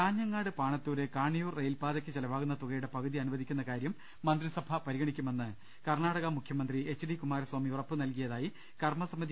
കാഞ്ഞങ്ങാട് പാണത്തൂര് കാണിയൂർ റെയിൽപാത യ്ക്ക് ചെലവാകുന്ന തുകയുടെ പ്രകുതി അനുവദിക്കുന്ന കാര്യം മന്ത്രിസഭ പരിഗണിക്കുമെന്ന് കർണ്ണാടക മുഖ്യ മന്ത്രി എച്ച് ഡി കുമാരസ്ഥാമി ഉറപ്പു നൽകിയതായി കർമ്മ സിമിച്ചു